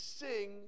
sing